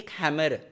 hammer